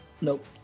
Nope